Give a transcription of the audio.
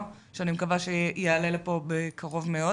ואני מקווה שהוא יעלה לפה בקרוב מאוד